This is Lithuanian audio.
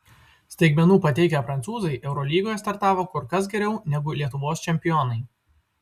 staigmenų pateikę prancūzai eurolygoje startavo kur kas geriau negu lietuvos čempionai